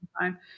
time